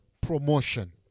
promotion